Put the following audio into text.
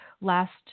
last